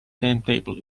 timetable